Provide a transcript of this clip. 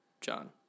John